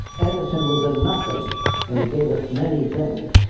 edison was a nothing and he gave us many things.